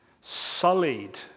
sullied